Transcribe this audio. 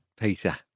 Peter